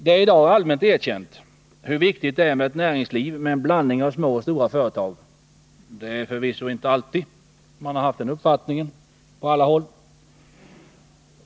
Det är i dag allmänt erkänt hur viktigt det är med ett näringsliv med en blandning av små och stora företag. Det är förvisso inte alltid man har haft den uppfattningen på alla håll.